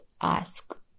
ask